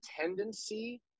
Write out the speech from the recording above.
tendency